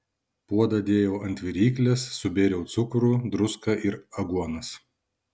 puodą dėjau ant viryklės subėriau cukrų druską ir aguonas